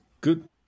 Good